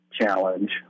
challenge